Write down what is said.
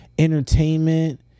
entertainment